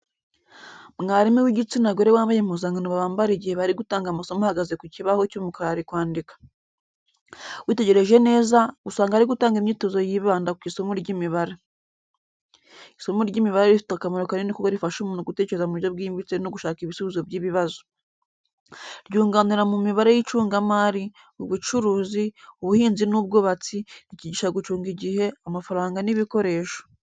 Mwarimu w'igitsina gore wambaye impuzankano bambara igihe bari gutanga amasomo ahagaze ku kibaho cy'umukara ari kwandika. Witegereje neza, usanga ari gutanga imyitozo yibanda ku isomo ry'imibare. Isomo ry’imibare rifite akamaro kanini kuko rifasha umuntu gutekereza mu buryo bwimbitse no gushaka ibisubizo by’ibibazo. Ryunganira mu mibare y’icungamari, ubucuruzi, ubuhinzi n’ubwubatsi, rikigisha gucunga igihe, amafaranga n’ibikoresho.